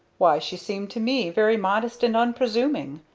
why she seemed to me very modest and unpresuming,